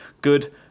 good